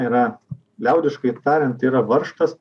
yra liaudiškai tariant yra varžtas